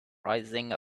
rising